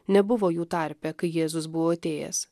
nebuvo jų tarpe kai jėzus buvo atėjęs